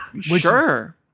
Sure